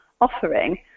offering